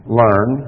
learn